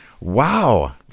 Wow